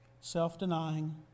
Self-denying